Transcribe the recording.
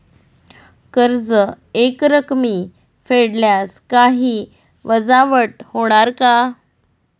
कर्ज एकरकमी फेडल्यास काही वजावट होणार का?